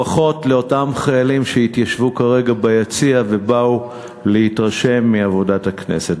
ברכות לאותם חיילים שהתיישבו כרגע ביציע ובאו להתרשם מעבודת הכנסת,